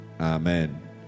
Amen